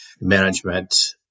management